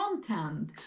frontend